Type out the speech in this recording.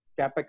capex